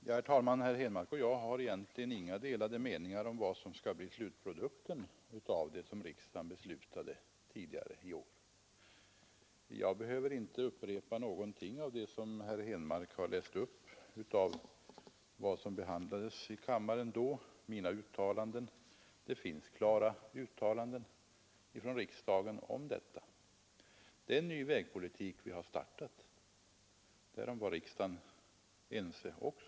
Herr talman! Herr Henmark och jag har egentligen inga delade meningar om vad som skall bli slutprodukten av det som riksdagen beslutade tidigare i år. Jag behöver inte upprepa något av de av mig gjorda uttalanden från behandlingen i kammaren vid det tillfället som herr Henmark läst upp. Det finns klara uttalanden från riksdagen om att det är en ny vägpolitik som vi har startat. Därom var också riksdagen enig i våras.